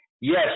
Yes